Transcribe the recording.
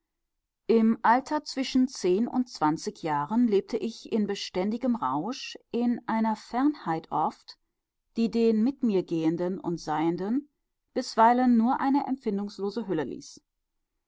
im alter zwischen zehn und zwanzig jahren lebte ich in beständigem rausch in einer fernheit oft die den mitmirgehenden und seienden bisweilen nur eine empfindungslose hülle ließ